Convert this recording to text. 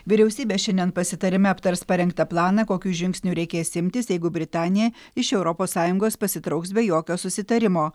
vyriausybė šiandien pasitarime aptars parengtą planą kokių žingsnių reikės imtis jeigu britanija iš europos sąjungos pasitrauks be jokio susitarimo